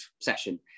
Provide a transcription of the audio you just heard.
session